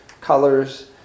colors